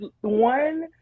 one